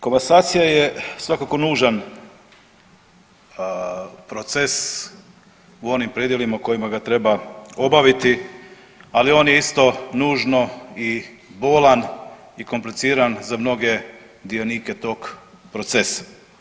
Komasacija je svakako nužan proces u onim predjelima u kojima treba obaviti, ali on je isto nužno i bolan i kompliciran za mnoge dionike tog procesa.